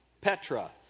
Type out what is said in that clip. Petra